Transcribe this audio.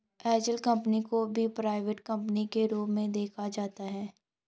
angel company को भी private company के रूप में देखा जाता है